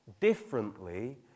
differently